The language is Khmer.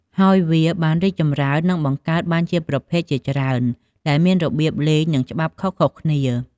ហើយវាបានរីកចម្រើន និងបង្កើតបានជាប្រភេទជាច្រើន ដែលមានរបៀបលេង និងច្បាប់ខុសៗគ្នា។